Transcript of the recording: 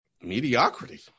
mediocrity